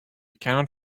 cannot